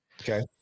Okay